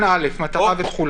מטרה.